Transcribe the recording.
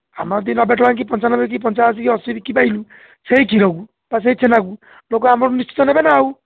ଆମେ ଯଦି ନବେ ଟଙ୍କା କିି ପଞ୍ଚାନବେ କି ପଞ୍ଚାଶୀ କି ଅଶୀ ବିକି ପାରିଲୁ ସେହି କ୍ଷୀରକୁ ବା ସେହି ଛେନାକୁ ଲୋକ ଆମଠୁ ନିଶ୍ଚିତ ନେବେ ନା ଆଉ